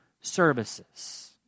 services